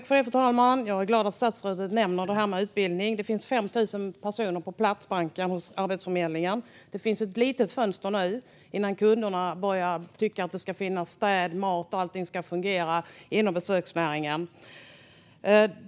Fru talman! Jag är glad att statsrådet nämner det här med utbildning. Det finns 5 000 personer i Platsbanken hos Arbetsförmedlingen. Det finns ett litet fönster nu innan kunderna börjar tycka att det ska finnas städning och mat och att allt ska fungera inom besöksnäringen.